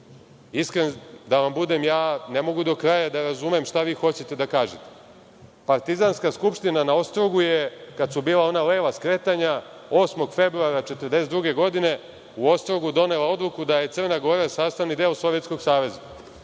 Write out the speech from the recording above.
Iskren da vam budem ne mogu do kraja da razumem šta vi hoćete da kažete, Partizanska skupština na Ostrogu je kada su bila ona leva skretanja 8. februara 1942. godine, u Ostrogu doneo odluku da je Crna Gora sastavni deo Sovjetskog Saveza.